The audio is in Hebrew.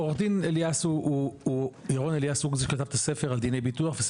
עורך דין ירון אליאס הוא זה שכתב את הספר על דיני ביטוח ועל